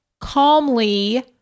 calmly